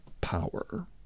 power